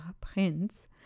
Prince